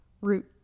root